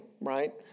right